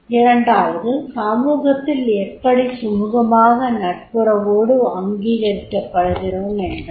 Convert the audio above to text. இரண்டாவது சமூகத்தில் எப்படி சுமுகமாக நட்புறவோடு அங்கீகரிக்கபடுகிறோம் என்பது